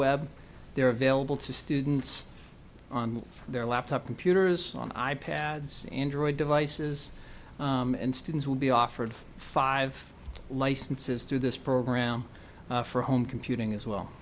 web they're available to students on their laptop computers on i pads android devices and students will be offered five licenses through this program for home computing as well